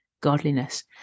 godliness